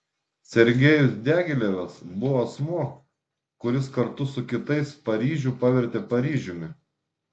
sergejus diagilevas buvo asmuo kuris kartu su kitais paryžių pavertė paryžiumi